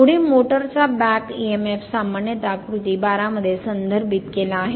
पुढे मोटर चा back emf सामान्यतः आकृती 12 मध्ये संदर्भित केला आहे